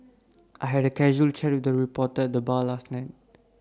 I had A casual chat with A reporter at the bar last night